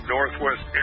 Northwest